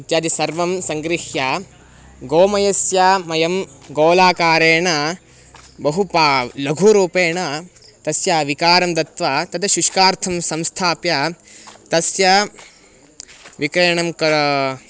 इत्यादि सर्वं सङ्गृह्य गोमयस्य मयं गोलाकारेण बहु पा लघुरूपेण तस्य विकारं दत्वा तद् शुष्कार्थं संस्थाप्य तस्य विक्रयणं कर